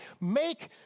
Make